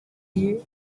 you